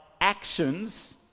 actions